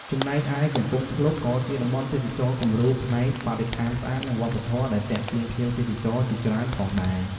ចំណែកឯ កំពង់ភ្លុកក៏ជាតំបន់ទេសចរណ៍គំរូផ្នែកបរិស្ថានស្អាត និងវប្បធម៌ដែលទាក់ទាញភ្ញៀវទេសចរជាច្រើនផងដែរ។